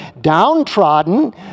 downtrodden